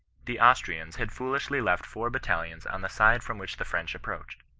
the austrians had foolishly left four battalions on the side from which the french approached.